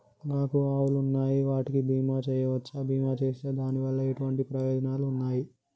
నాకు ఆవులు ఉన్నాయి వాటికి బీమా చెయ్యవచ్చా? బీమా చేస్తే దాని వల్ల ఎటువంటి ప్రయోజనాలు ఉన్నాయి?